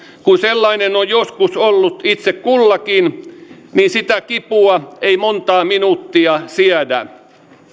kun sellainen on joskus ollut itse kullakin niin sitä kipua ei montaa minuuttia siedä